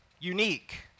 unique